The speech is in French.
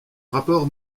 rapport